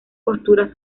posturas